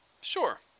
Sure